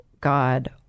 God